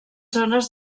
zones